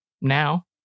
now